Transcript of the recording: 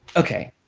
okay.